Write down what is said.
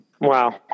Wow